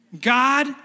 God